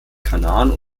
kanaren